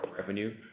revenue